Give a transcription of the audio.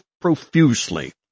profusely